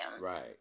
Right